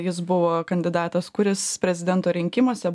jis buvo kandidatas kuris prezidento rinkimuose